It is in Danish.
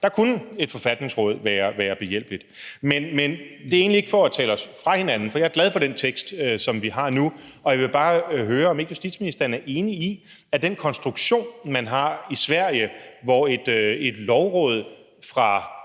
Der kunne et forfatningsråd være behjælpeligt. Men det er egentlig ikke for at tale os fra hinanden, for jeg er glad for den tekst, som vi har nu, og jeg vil bare høre, om ikke justitsministeren er enig i, at den konstruktion, man har i Sverige, hvor et lovråd fra